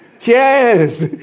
Yes